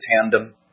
tandem